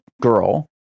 girl